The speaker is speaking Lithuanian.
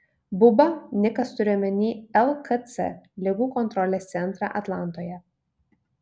buba nikas turi omenyje lkc ligų kontrolės centrą atlantoje